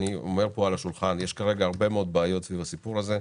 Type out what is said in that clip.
אבל יש הרבה מאד בעיות סביב הסיפור הזה,